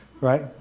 right